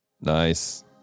nice